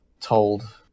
told